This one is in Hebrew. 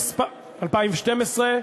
2012,